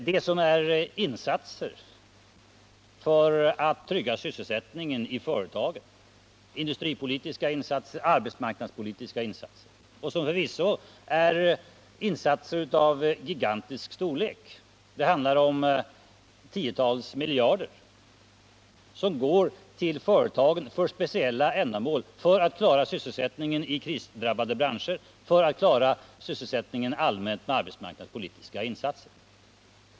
Det gäller insatser för att trygga sysselsättningen i företagen, industripolitiska och arbetsmarknadspolitiska insatser, som förvisso är av gigantisk storlek. Det handlar om tiotals miljarder, som går till företagen för speciella ändamål, för att klara sysselsättningen i krisdrabbade branscher och för att klara sysselsättningen rent allmänt med arbetsmarknadspolitiska insatser.